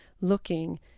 looking